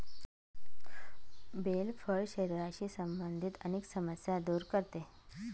bell फळ शरीराशी संबंधित अनेक समस्या दूर करते